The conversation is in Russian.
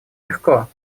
легко